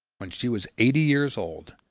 when she was eighty years old,